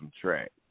track